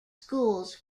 schools